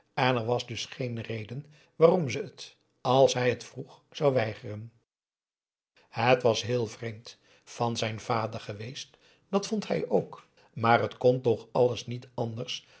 en er was dus geen reden waarom ze het als hij het vroeg zou weigeren het was heel vreemd van zijn vader geweest dat vond hij ook maar het kon toch alles niet anders